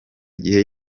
igihe